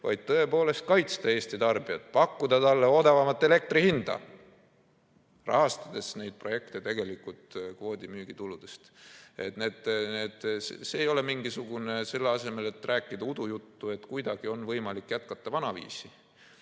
vaid tõepoolest kaitsta Eesti tarbijat, pakkuda talle odavamat elektri hinda, rahastades neid projekte tegelikult kvoodimüügi tuludest. Selle asemel, et rääkida udujuttu, et kuidagi on võimalik jätkata vanaviisi.